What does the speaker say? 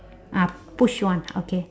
ah push one okay okay